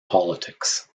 politics